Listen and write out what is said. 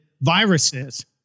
viruses